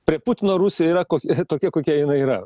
prie putino rusija yra kokia tokia kokia jinai yra